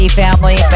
family